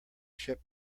ship